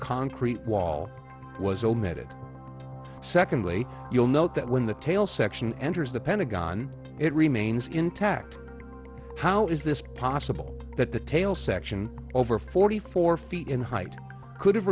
concrete wall was omitted secondly you'll note that when the tail section enters the pentagon it remains intact how is this possible that the tail section over forty four feet in height could have